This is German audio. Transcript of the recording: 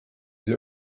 sie